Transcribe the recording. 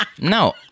No